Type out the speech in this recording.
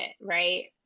right